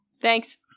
Thanks